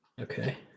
Okay